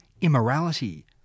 immorality